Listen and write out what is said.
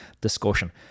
discussion